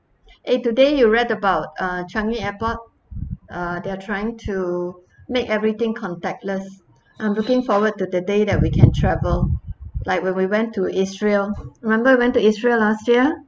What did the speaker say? eh today you read about uh changi airport uh they're trying to make everything contactless I'm looking forward to the day that we can travel like when we went to israel remember went to israel last year